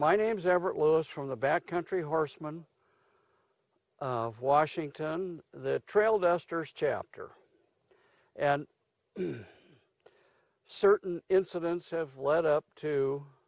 my name's everett los from the back country horsemen of washington the trail dusters chapter and certain incidents have led up to